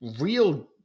real